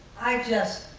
i just